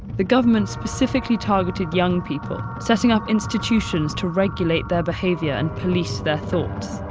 the government specifically targeted young people, setting up institutions to regulate their behavior and police their thoughts.